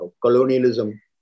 colonialism